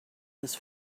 this